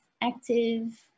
active